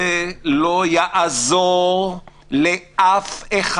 זה לא יעזור לאף אחד.